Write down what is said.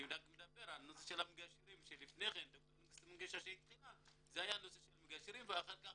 אני מדבר על נושא המגשרים שד"ר מנגשה התחילה ואחר כך